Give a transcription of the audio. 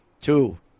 Two